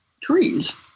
trees